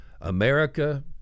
America